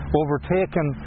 overtaken